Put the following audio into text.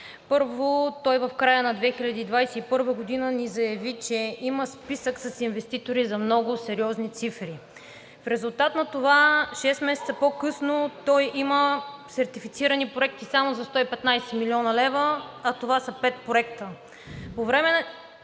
Първо, той в края на 2021 г. ни заяви, че има списък с инвеститори за много сериозни цифри. В резултат на това шест месеца по-късно той има сертифицирани проекти само за 115 млн. лв., а това са пет проекта. По това